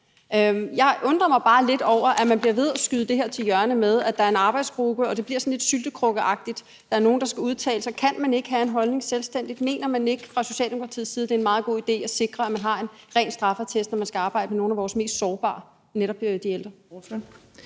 Jeg undrer mig bare lidt over, at man bliver ved at skyde det her til hjørne med, at der er en arbejdsgruppe – og det bliver sådan lidt syltekrukkeagtigt – og at der er nogle, der skal udtale sig. Kan man ikke have en holdning selvstændigt? Mener man ikke fra Socialdemokratiets side, at det er en meget god idé at sikre, at nogen har en ren straffeattest, når de skal arbejde med nogle af vores mest sårbare, netop de ældre?